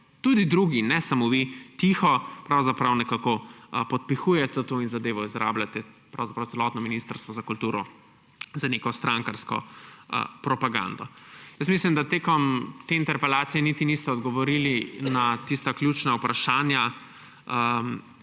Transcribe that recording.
tudi drugi, ne samo vi, tiho, pravzaprav nekako podpihujete to in zadevo izrabljate, pravzaprav celotno Ministrstvo za kulturo, za neko strankarsko propagando. Mislim, da tekom te interpelacije niste odgovorili na ključna vprašanja,